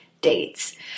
dates